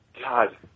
God